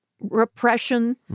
Repression